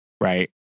right